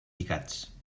picats